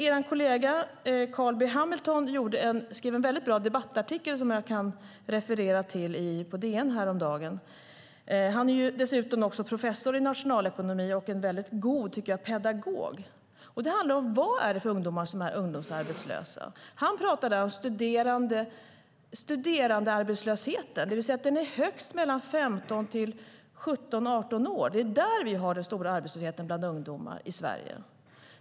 Carl B Hamilton skrev en mycket bra debattartikel i DN häromdagen som jag kan referera till. Han är dessutom professor i nationalekonomi och en mycket god pedagog. Debattartikeln handlar om vilka ungdomar som är arbetslösa. Han tar upp studerandearbetslösheten, det vill säga att arbetslösheten är högst mellan 15 och 18 år. Det är där vi har den stora arbetslösheten bland ungdomar i Sverige.